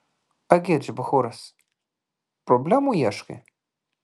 agirdž bachūras problemų ieškai